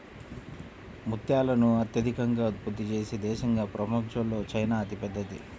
ముత్యాలను అత్యధికంగా ఉత్పత్తి చేసే దేశంగా ప్రపంచంలో చైనా అతిపెద్దది